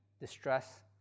distress